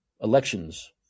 elections